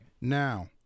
Now